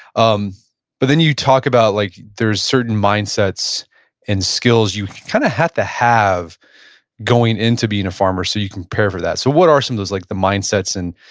um but then you talk about like there's certain mindsets and skills you kind of have to have going into being a farmer so you can prepare for that so what are some of those like the mindsets and,